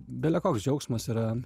bele koks džiaugsmas yra